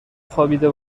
خوابیده